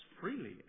freely